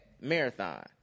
marathon